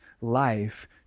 life